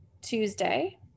Tuesday